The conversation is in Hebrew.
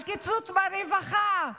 הקיצוץ ברווחה,